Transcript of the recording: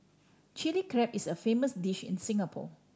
Chilli Crab is a famous dish in Singapore